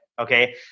okay